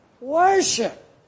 Worship